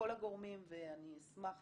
הגורמים ואני אשמח